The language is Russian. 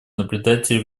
наблюдателя